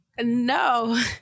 No